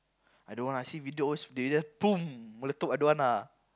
I don't want ah I see video always they just don't want ah